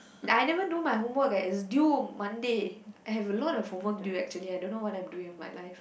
like I haven't do my homework eh it's due Monday I have a lot of homework do actually I don't know what I'm doing in my life